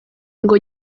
ngo